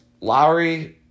Lowry